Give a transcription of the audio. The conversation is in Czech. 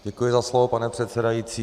Děkuji za slovo, pane předsedající.